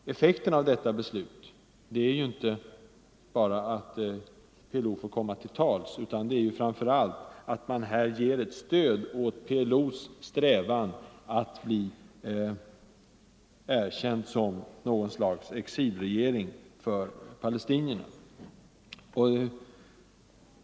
Effekten av detta beslut är ju inte bara att PLO får yttra sig, utan framför allt att man ger ett stöd åt PLO:s strävan att bli erkänd som något slags exilregering för palestinierna.